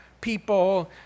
people